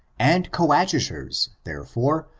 and coadjutors, therefore,